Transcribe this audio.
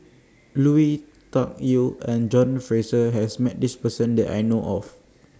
Lui Tuck Yew and John Fraser has Met This Person that I know of